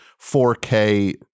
4k